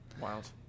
Wild